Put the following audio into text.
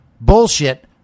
bullshit